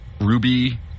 Ruby